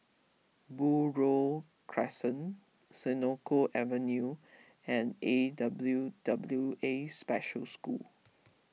Buroh Crescent Senoko Avenue and A W W A Special School